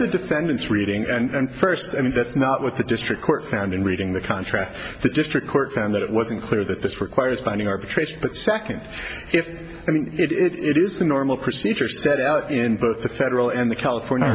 the defendant's reading and first i mean that's not what the district court found in reading the contract the district court found that it wasn't clear that this requires binding arbitration but second if it is the normal procedure set out in the federal and the california